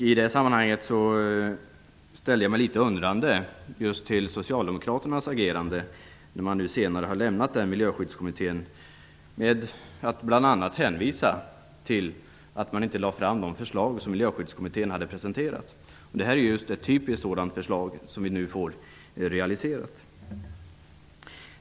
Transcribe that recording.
I det sammanhanget ställer jag mig litet undrande just till Socialdemokraternas agerande -- man har ju senare lämnat Miljöskyddskommittén -- när det bl.a. hänvisas till att de förslag som Det här är just ett sådant förslag som vi nu får realiserat.